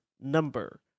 number